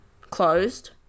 closed